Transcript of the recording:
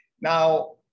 Now